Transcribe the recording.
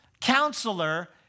counselor